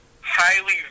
highly